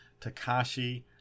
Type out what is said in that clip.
Takashi